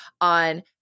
on